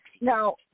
Now